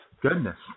Goodness